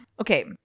Okay